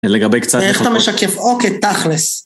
לגבי קצת... איך אתה משקף, אוקיי, תכלס.